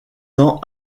ans